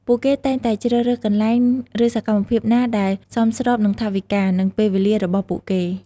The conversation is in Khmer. ពួកគេតែងតែជ្រើសរើសកន្លែង ឬសកម្មភាពណាដែលសមស្របនឹងថវិកា និងពេលវេលារបស់ពួកគេ។